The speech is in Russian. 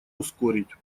ускорить